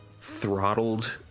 throttled